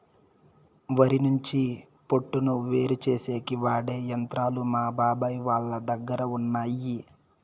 వరి నుంచి పొట్టును వేరుచేసేకి వాడె యంత్రాలు మా బాబాయ్ వాళ్ళ దగ్గర ఉన్నయ్యి